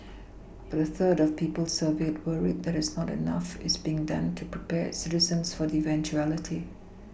but a third of people surveyed worry that is not enough is being done to prepare its citizens for the eventuality